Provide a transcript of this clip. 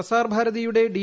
പ്രസാർ ഭാരതിയുടെ ഡി